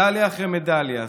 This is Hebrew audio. מדליה אחרי מדליה,